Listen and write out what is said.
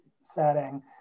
setting